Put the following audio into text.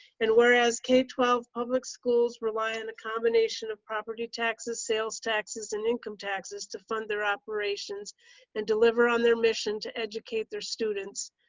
and whereas k twelve public schools rely on a combination of property taxes, sales taxes, and income taxes to fund their operations and deliver on their mission to educate their students,